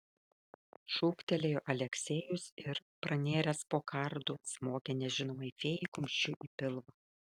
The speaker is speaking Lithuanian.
šūktelėjo aleksejus ir pranėręs po kardu smogė nežinomai fėjai kumščiu į pilvą